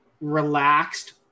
relaxed